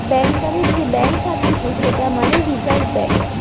ব্যাংকারের যে ব্যাঙ্ক থাকতিছে সেটা মানে রিজার্ভ ব্যাঙ্ক